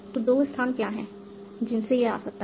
तो दो स्थान क्या हैं जिनसे यह आ सकता है